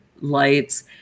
lights